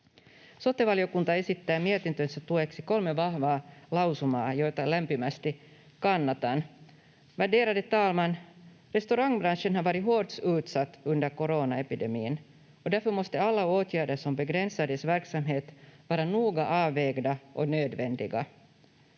Sote-valiokunta esittää mietintönsä tueksi kolme vahvaa lausumaa, joita lämpimästi kannatan. Värderade talman! Restaurangbranschen har varit hårt utsatt under coronaepidemin och därför måste alla åtgärder som begränsar dess verksamhet vara noga avvägda och nödvändiga.